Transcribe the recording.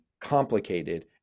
complicated